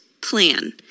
plan